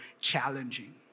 challenging